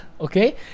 okay